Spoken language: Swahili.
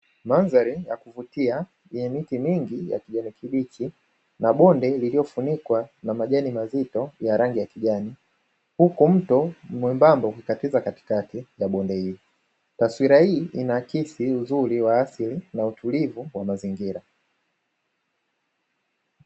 Mandhari ya kuvutia yenye miti mingi ya kijani kibichi, na bonde lililofunikwa na majani mazito ya rangi ya kijani, huku mto mwembamba ukikatiza katikati ya bonde hilo, taswira hii inaakisi uzuri wa asili na utulivu wa mazingira.